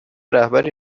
رهبری